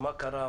מה קרה,